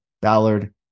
Ballard